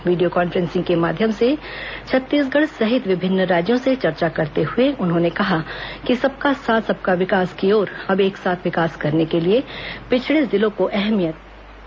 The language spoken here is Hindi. वीडियो कान्फ्रेसिंग के माध्यम से छत्तीसगढ़ सहित विभिन्न राज्यों से चर्चा करते हुए उन्होंने कहा कि सबका साथ सबका विकास की ओर अब एक साथ विकास करने के लिए पिछड़े जिलों को अहमियत दी गयी है